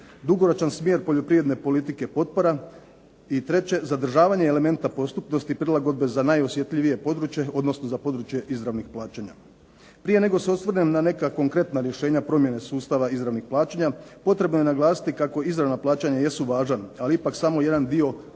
dugoročan smjer poljoprivredne politike potpora i treće, zadržavanje elemente postupnosti prilagodbe za najosjetljivije područje odnosno za područje izravnih plaćanja. Prije nego se osvrnem na neka konkretna rješenja promjene sustava izravnih plaćanja potrebno je naglasiti kako izravna plaćanja jesu važan, ali ipak samo jedan dio ukupne